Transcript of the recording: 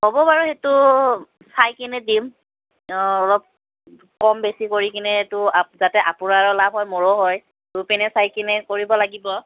হ'ব আৰু সেইটো চাইকিনে দিম অঁ অলপ কম বেছি কৰি কিনেতো আ যাতে আপোনাৰো লাভ হয় মোৰো হয় দুইপিনে চাই কিনে কৰিব লাগিব